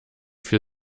für